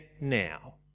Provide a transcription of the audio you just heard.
now